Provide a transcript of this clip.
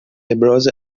ابراز